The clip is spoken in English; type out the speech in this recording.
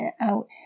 out